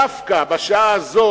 דווקא בשעה הזאת,